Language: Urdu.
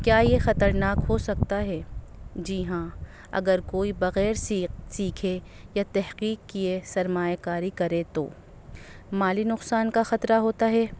کیا یہ خطرناک ہو سکتا ہے جی ہاں اگر کوئی بغیر سیکھ سیکھے یا تحقیق کیے سرمایہ کاری کرے تو مالی نقصان کا خطرہ ہوتا ہے